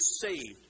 saved